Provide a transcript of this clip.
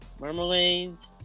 marmalades